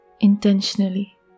intentionally